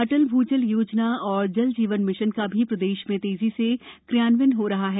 अटल भूजल योजना और जल जीवन मिशन का भी प्रदेश में तेजी से क्रियान्वयन हो रहा है